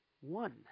one